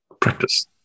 practice